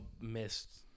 missed